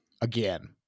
Again